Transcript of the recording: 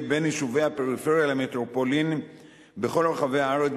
בין יישובי הפריפריה למטרופולינים בכל רחבי הארץ,